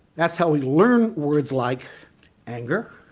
that's how we learn words like anger,